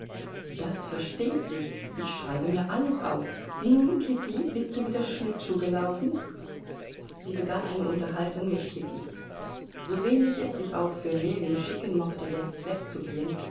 das versteht sich ich schreibe mir alles auf nun kitty bist du wieder schlittschuh gelaufen sie begann eine unterhaltung mit kitty so wenig es sich auch für ljewin schicken mochte jetzt wegzugehen